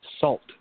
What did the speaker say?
Salt